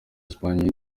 espagne